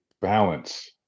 balance